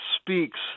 speaks